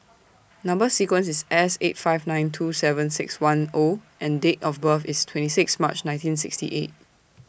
Number sequence IS S eight five nine two seven six one O and Date of birth IS twenty six March nineteen sixty eight